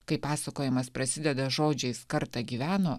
kai pasakojimas prasideda žodžiais kartą gyveno